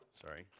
sorry